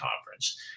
conference